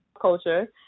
Culture